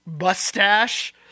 mustache